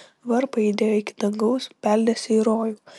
varpai aidėjo iki dangaus beldėsi į rojų